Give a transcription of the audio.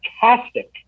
fantastic